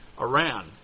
Iran